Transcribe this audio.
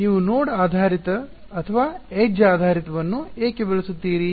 ಆದ್ದರಿಂದ ನೀವು ನೋಡ್ ಆಧಾರಿತ ಅಥವಾ ಎಡ್ಜ್ ಆಧಾರಿತ ವನ್ನು ಏಕೆ ಬಳಸುತ್ತೀರಿ